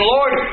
Lord